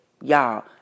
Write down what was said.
y'all